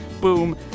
Boom